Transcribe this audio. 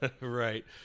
right